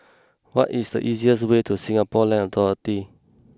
what is the easiest way to Singapore Land Authority